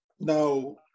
Now